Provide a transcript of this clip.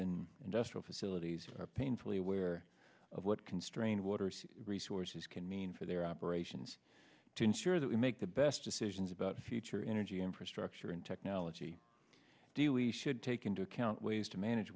and industrial facilities are painfully aware of what constrained water resources can mean for their operations to ensure that we make the best decisions about the future energy infrastructure and technology do we should take into account ways to manage